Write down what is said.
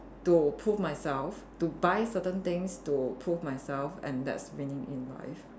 to approve myself to buy certain things to prove myself and that's winning in life